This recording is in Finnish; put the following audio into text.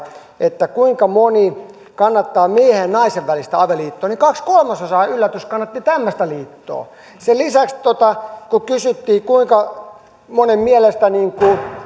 että kuinka moni kannattaa miehen ja naisen välistä avioliittoa ja kaksi kolmasosaa yllätys kannatti tämmöistä liittoa sen lisäksi kun kysyttiin kuinka monen mielestä